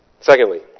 Secondly